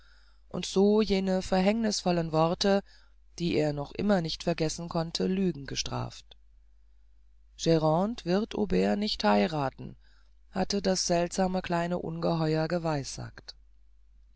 und so jene verhängnißvollen worte die er noch immer nicht vergessen konnte lügen gestraft grande wird aubert nicht heiraten hatte das seltsame kleine ungeheuer geweissagt